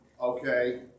Okay